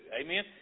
Amen